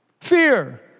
fear